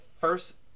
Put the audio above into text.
first